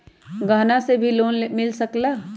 गहना से भी लोने मिल सकेला?